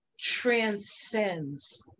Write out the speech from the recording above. transcends